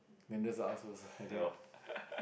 the just ask first already ah